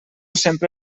sempre